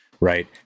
right